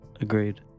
Agreed